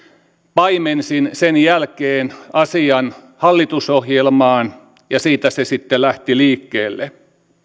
paimensin sen jälkeen asian hallitusohjelmaan ja siitä se sitten lähti liikkeelle